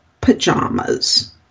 pajamas